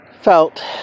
felt